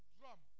Drum